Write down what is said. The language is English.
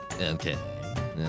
okay